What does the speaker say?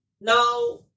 now